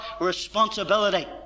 responsibility